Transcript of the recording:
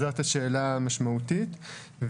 והשאלה המשמעותית היא כמה אלפים.